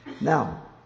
Now